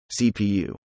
CPU